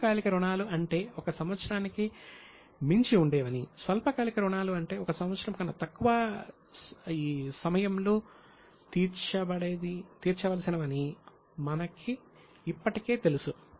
దీర్ఘకాలిక రుణాలు అంటే 1 సంవత్సరానికి మించి ఉండేవని స్వల్పకాలిక రుణాలు అంటే 1 సంవత్సరం కన్నా తక్కువ ఈ సమయంలో తీర్చవలసినవని మనకు ఇప్పటికే తెలుసు